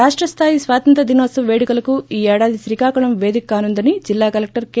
రాష్ట స్లాయి స్వాతంత్ర్య దినోత్సవ పేడుకలకు ఈ ఏడాది శ్రీకాకుళం పేదిక కానుందని జిల్లా కలెక్టర్ కె